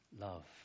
love